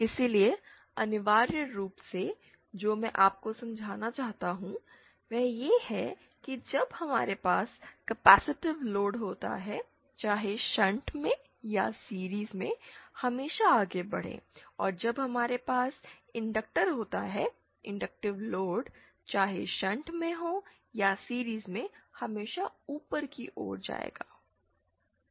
इसलिए अनिवार्य रूप से जो मैं आपको समझना चाहता हूं वह यह है कि जब हमारे पास कैपेसिटिव लोड होता है चाहे शंट में या सीरिज़ में हमेशा आगे बढ़ें और जब हमारे पास इनडंक्टर होता है इंडक्टिव लोड चाहे शंट में हो या सीरिज़ में हमेशा ऊपर की ओर जाएगा